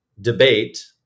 debate